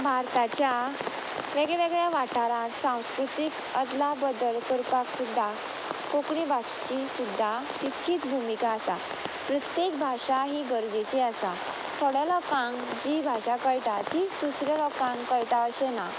भारताच्या वेगवेगळ्या वाठारांत सांस्कृतीक अदला बदल करपाक सुद्दां कोंकणी भाशेची सुद्दां तितकीच भुमिका आसा प्रत्येक भाशा ही गरजेची आसा थोड्या लोकांक जी भाशा कयटा तीच दुसऱ्या लोकांक कयटा अशें ना